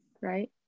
Right